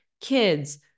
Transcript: kids